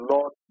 Lord